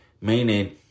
meaning